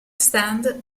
stand